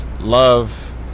love